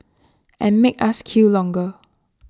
and make us queue longer